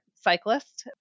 cyclist